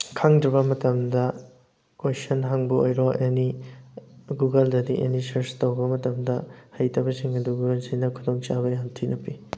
ꯈꯪꯗ꯭ꯔꯤꯕ ꯃꯇꯝꯗ ꯀꯣꯏꯁꯟ ꯍꯪꯕ ꯑꯣꯏꯔꯣ ꯑꯦꯅꯤ ꯒꯨꯒꯜꯗꯗꯤ ꯑꯦꯅꯤ ꯁꯔꯁ ꯇꯧꯕ ꯃꯇꯝꯗ ꯍꯩꯇꯕꯁꯤꯡ ꯑꯗꯨ ꯒꯨꯒꯜꯁꯤꯗ ꯈꯨꯗꯣꯡꯆꯥꯕꯗꯤ ꯌꯥꯝ ꯊꯤꯅ ꯄꯤ